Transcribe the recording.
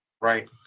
Right